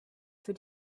für